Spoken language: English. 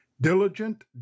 Diligent